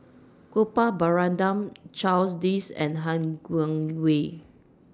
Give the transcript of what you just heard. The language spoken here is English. Gopal Baratham Charles Dyce and Han Guangwei